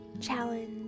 challenge